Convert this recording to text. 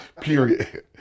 Period